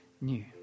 new